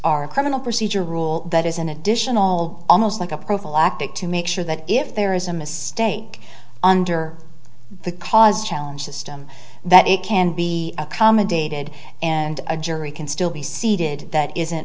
these are criminal procedure rule that is an additional almost like a prophylactic to make sure that if there is a mistake under the cause challenge system that it can be accommodated and a jury can still be seated that isn't